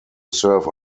serve